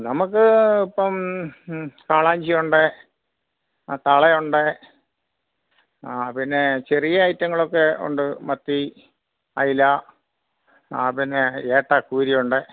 നമുക്ക് ഇപ്പം തളാഞ്ചിയുണ്ട് ആ തളയുണ്ട് ആ പിന്നെ ചെറിയ ഐറ്റങ്ങളുക്കെ ഉണ്ട് മത്തി അയില ആ പിന്നെ ഏട്ട കൂരിയുണ്ട്